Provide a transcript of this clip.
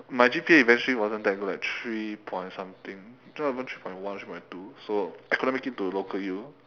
my G_P_A eventually wasn't that good at three point something not even three point one three point two so I couldn't make it to local U